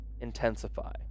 intensify